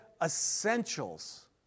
essentials